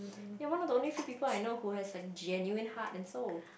you're one of the only few people I know who has like genuine heart and soul